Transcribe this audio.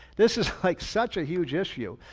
this is like such a huge issue.